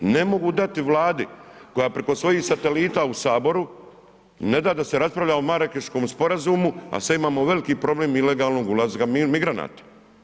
Ne mogu dati Vladi koja preko svojih satelita u Saboru, ne da da se raspravlja o Marakeškom sporazumu a sad imamo veliki problem ilegalnog ulaska migranata.